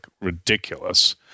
ridiculous